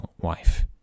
wife